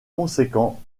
conséquent